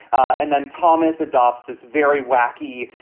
and then thomas adopts this very wacky,